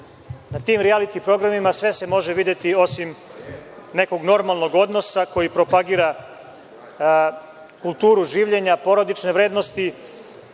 Na tim rijaliti programima sve se može videti, osim nekog normalnog odnosa koji propagira kulturu življenja, porodične vrednosti.